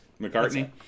McCartney